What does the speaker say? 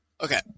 Okay